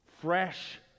Fresh